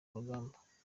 urugamba